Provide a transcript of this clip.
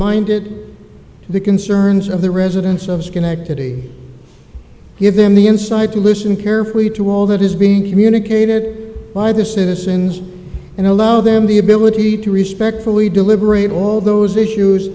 minded to the concerns of the residents of schenectady give them the inside to listen carefully to all that is being communicated by the citizens and allow them the ability to respect fully deliberate all those issues